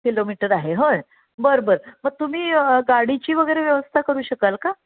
kilometre आहे होय बरं बरं मग तुम्ही गाडीची वगैरे व्यवस्था करू शकाल का